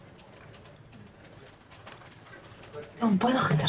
ברגע שאימא וילוד יהיו ביחד,